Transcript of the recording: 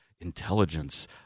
intelligence